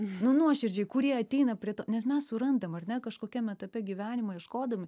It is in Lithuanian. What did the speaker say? nu nuoširdžiai kurie ateina prie to nes mes surandam ar ne kažkokiam etape gyvenimo ieškodami